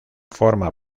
forma